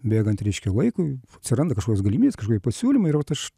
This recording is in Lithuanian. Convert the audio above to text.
bėgant reiškia laikui atsiranda kažkokios galimybės kažkokie pasiūlymai ir vat aš